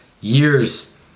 years